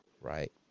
right